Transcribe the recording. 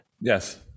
yes